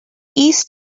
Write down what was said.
east